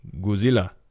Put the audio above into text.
Godzilla